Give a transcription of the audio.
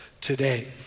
today